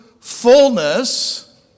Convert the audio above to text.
fullness